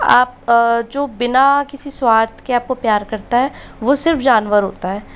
आप जो बिना किसी स्वार्थ के अपको प्यार करता है वो सिर्फ जानवर होता है